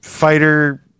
fighter